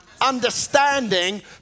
understanding